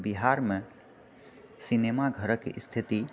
बिहारमे सिनेमा घरके स्थिति